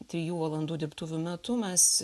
trijų valandų dirbtuvių metu mes